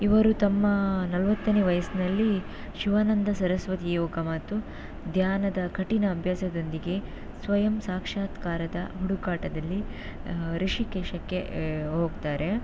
ಇವರು ತಮ್ಮ ನಲ್ವತ್ತನೆ ವಯಸ್ಸಿನಲ್ಲಿ ಶಿವಾನಂದ ಸರಸ್ವತಿ ಯೋಗ ಮತ್ತು ಧ್ಯಾನದ ಕಠಿಣ ಅಭ್ಯಾಸದೊಂದಿಗೆ ಸ್ವಯಂ ಸಾಕ್ಷಾತ್ಕಾರದ ಹುಡುಕಾಟದಲ್ಲಿ ಋಷಿಕೇಶಕ್ಕೆ ಹೋಗ್ತಾರೆ